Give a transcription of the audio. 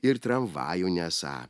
ir tramvajų nesą